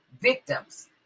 victims